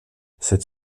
cette